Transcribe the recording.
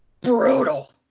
brutal